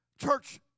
Church